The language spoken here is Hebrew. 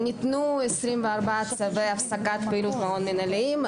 ניתנו 24 צווי הפסקת פעילות מעון מינהליים,